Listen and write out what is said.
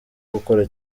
gukora